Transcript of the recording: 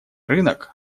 рынок